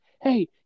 hey